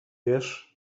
wiesz